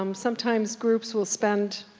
um sometimes groups will spend,